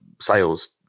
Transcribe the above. sales